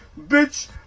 bitch